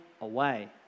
away